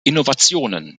innovationen